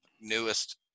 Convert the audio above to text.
newest